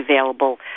available